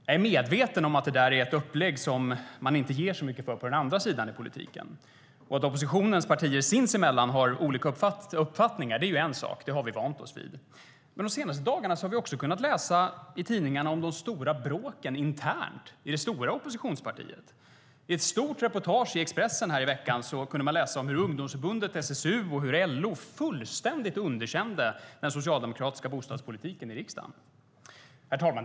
Jag är medveten om att det är ett upplägg som man inte ger så mycket för på den andra sidan i politiken. Att oppositionens partier sinsemellan har olika uppfattningar är en sak. Det har vi vant oss vid. Men de senaste dagarna har vi också kunnat läsa i tidningarna om de stora bråken internt i det stora oppositionspartiet. I ett stort reportage i Expressen i veckan kunde man läsa om hur ungdomsförbundet, SSU, och LO fullständigt underkände den socialdemokratiska bostadspolitiken i riksdagen. Herr talman!